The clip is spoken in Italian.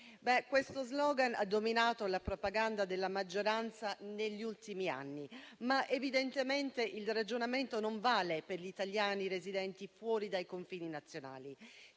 questo *slogan* ha dominato la propaganda della maggioranza negli ultimi anni, ma evidentemente il ragionamento non vale per gli italiani residenti fuori dai confini nazionali,